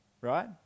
right